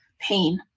pain